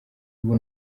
ubu